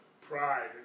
pride